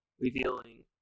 revealing